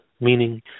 meaning